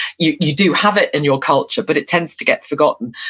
you you do have it in your culture, but it tends to get forgotten.